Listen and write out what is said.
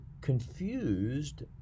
confused